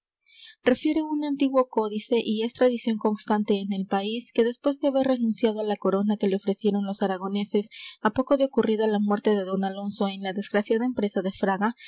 refiere un antiguo códice y es tradición constante en el país que después de haber renunciado á la corona que le ofrecieron los aragoneses á poco de ocurrida la muerte de don alonso en la desgraciada empresa de fraga